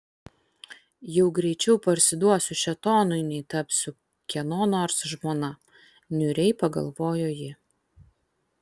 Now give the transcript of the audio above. jau greičiau parsiduosiu šėtonui nei tapsiu kieno nors žmona niūriai pagalvojo ji